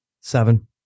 Seven